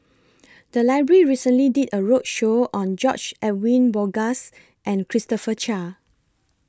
The Library recently did A roadshow on George Edwin Bogaars and Christopher Chia